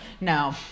No